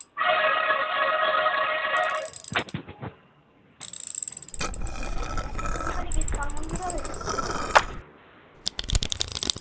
ওখানে কি সব মন্দির হবে